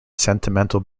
sentimental